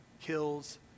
kills